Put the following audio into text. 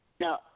No